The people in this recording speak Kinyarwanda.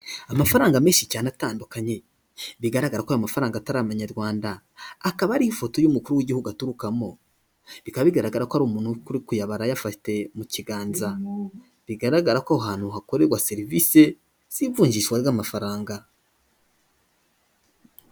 Amafaranga menshi cyane atandukanye, bigaragara ko ayo mafaranga atari amanyarwanda, akaba ariho ifoto y'umukuru w'igihugu aturukamo, bikaba bigaragara ko ari umuntu uri kuyabara ayafatiye mu kiganza, bigaragara ko aho hantu hakorerwa serivisi z'ivungishwa ry'amafaranga.